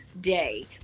day